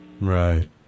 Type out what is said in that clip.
Right